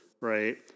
right